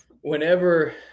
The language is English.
whenever